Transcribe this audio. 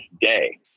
day